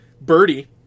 Birdie